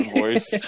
voice